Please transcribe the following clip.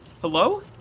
Hello